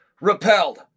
repelled